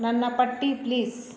ನನ್ನ ಪಟ್ಟಿ ಪ್ಲೀಸ್